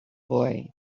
boy